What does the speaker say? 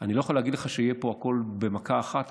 אני לא יכול להגיד לך שיהיה פה הכול במכה אחת,